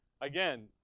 again